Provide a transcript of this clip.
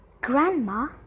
Grandma